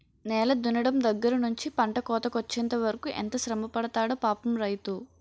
నేల దున్నడం దగ్గర నుంచి పంట కోతకొచ్చెంత వరకు ఎంత శ్రమపడతాడో పాపం రైతు